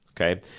Okay